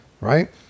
right